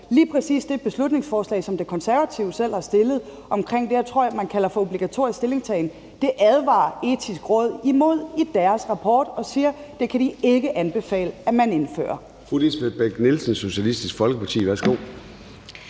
Lige præcis det beslutningsforslag, som De Konservative selv har fremsat, om det, jeg tror man kalder for obligatorisk stillingtagen, advarer Etisk Råd imod i deres rapport, og de siger, at det kan de ikke anbefale man indfører.